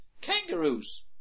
kangaroos